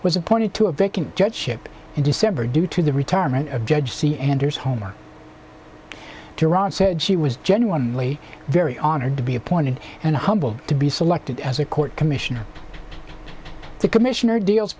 was appointed to a vacant judge ship in december due to the retirement of judge c anders homer durand said she was genuinely very honored to be appointed and humbled to be selected as a court commissioner the commissioner deals